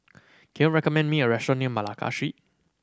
can you recommend me a restaurant near Malacca Street